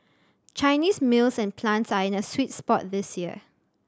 Chinese mills and plants are in a sweet spot this year